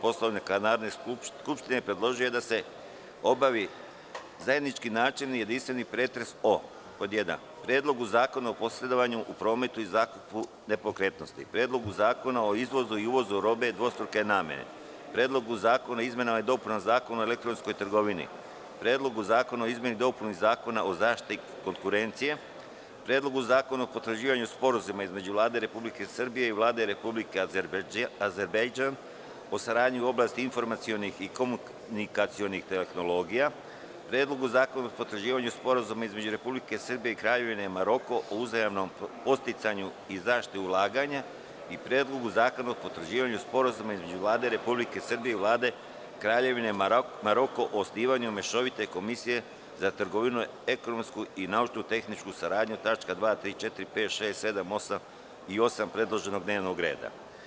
Poslovnika Narodne skupštine, predložio je da se obavi: Zajednički načelni i jedinstveni pretres o: Predlogu zakona o posredovanju u prometu i zakupu nepokretnosti; Predlogu zakona o izvozu i uvozu robe dvostruke namene; Predlogu zakona o izmenama i dopunama Zakona o elektronskoj trgovini; Predlogu zakona o izmenama i dopunama Zakona o zaštiti konkurencije; Predlogu zakona o potvrđivanju Sporazuma između Vlade Republike Srbije i Vlade Republike Azerbejdžan o saradnji u oblasti informacionih i komunikacionih tehnologija; Predlogu zakona o potvrđivanju Sporazuma između Republike Srbije i Kraljevine Maroko o uzajamnom podsticanju i zaštiti ulaganja; Predlogu zakona o potvrđivanju Sporazuma između Vlade Republike Srbije i Vlade Kraljevine Maroko o osnivanju Mešovite komisije za trgovinu, ekonomsku i naučno-tehničku saradnju (tačke 2, 3, 4, 5, 6, 7. i 8. predloženog dnevnog reda)